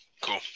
Cool